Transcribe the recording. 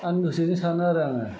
आंनि गोसोजों सानो आरो आङो